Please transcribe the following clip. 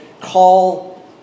call